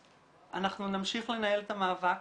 אנחנו נמשיך לנהל את המאבק